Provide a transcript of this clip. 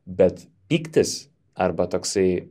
bet pyktis arba toksai